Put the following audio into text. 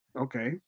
okay